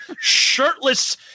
shirtless